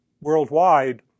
worldwide